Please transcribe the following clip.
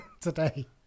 today